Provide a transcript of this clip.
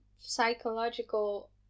psychological